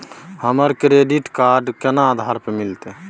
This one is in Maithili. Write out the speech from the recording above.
हमरा क्रेडिट कार्ड केना आधार पर मिलते?